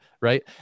Right